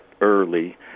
early